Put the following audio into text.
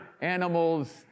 animals